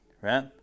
right